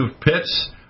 pits